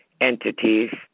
entities